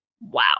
Wow